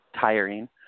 tiring